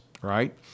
right